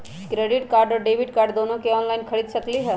Credit card और debit card दोनों से ऑनलाइन खरीद सकली ह?